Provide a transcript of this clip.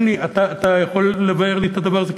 אתה יכול לבאר לי את הדבר הזה?